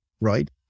Right